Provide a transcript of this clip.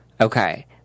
Okay